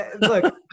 Look